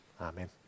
Amen